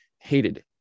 hated